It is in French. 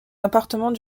appartement